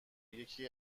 یکی